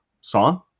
song